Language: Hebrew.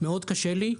מאוד קשה לי,